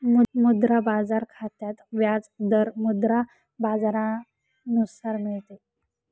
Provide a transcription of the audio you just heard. मुद्रा बाजार खात्यात व्याज दर मुद्रा बाजारानुसार मिळते